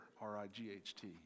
R-I-G-H-T